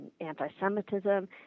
anti-Semitism